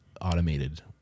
automated